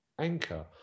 anchor